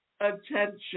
attention